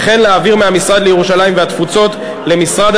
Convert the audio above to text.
וכן להעביר מהמשרד לירושלים והתפוצות למשרד